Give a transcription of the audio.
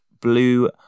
blue